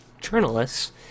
journalists